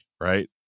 right